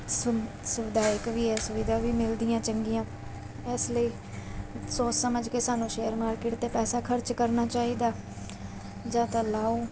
ਸੁਵ ਸੁਵਿਧਾਇਕ ਵੀ ਹੈ ਸੁਵਿਧਾ ਵੀ ਮਿਲਦੀ ਹੈ ਚੰਗੀਆਂ ਇਸ ਲਈ ਸੋਚ ਸਮਝ ਕੇ ਸਾਨੂੰ ਸ਼ੇਅਰ ਮਾਰਕਿਟ 'ਤੇ ਪੈਸਾ ਖਰਚ ਕਰਨਾ ਚਾਹੀਦਾ ਜਾਂ ਤਾਂ ਲਗਾਓ